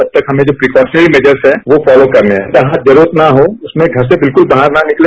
तब तक हमें जो प्रीक्योशनरी मेजर्स है वो फोलो करने हैं जहां जरूरत न हो उसमें घर से बिल्कल बाहर न निकले